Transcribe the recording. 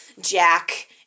Jack